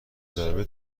ضربه